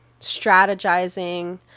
strategizing